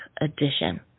edition